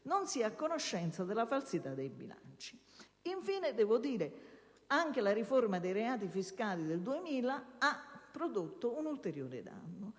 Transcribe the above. non sia a conoscenza della falsità dei bilanci. Devo rilevare che anche la riforma dei reati fiscali del 2000 ha prodotto un ulteriore danno